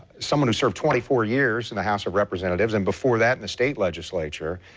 someone who served twenty four years in the house of representatives and before that in the state legislature